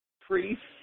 priests